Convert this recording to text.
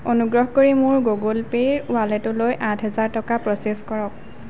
অনুগ্ৰহ কৰি মোৰ গুগল পে'ৰ ৱালেটলৈ আঠ হাজাৰ টকা প্ৰ'চেছ কৰক